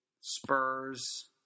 Spurs